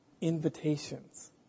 invitations